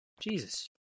Jesus